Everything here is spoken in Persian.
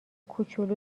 کوچولو